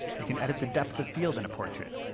you can edit the depth of field in a portrait.